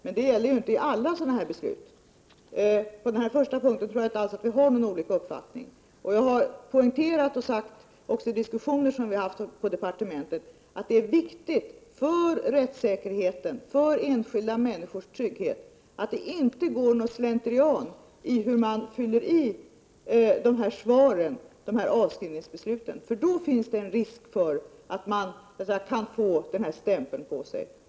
Men det gäller ju inte i alla avskrivningsbeslut. Jag tror inte alls att Göran Ericsson och jag har olika uppfattning på den här första punkten. I diskussioner som har förts inom departementet har jag poängterat att det är viktigt för rättssäkerheten och för enskilda människors trygghet att det inte går slentrian i hur man fyller i avskrivningsbesluten, eftersom det med en sådan slentrian finns risk för att personen i fråga får denna stämpel på sig.